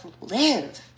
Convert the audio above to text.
live